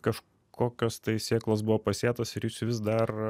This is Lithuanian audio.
kažkokios tai sėklos buvo pasėtos ir jūs vis dar